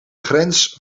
grens